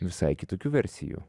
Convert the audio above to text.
visai kitokių versijų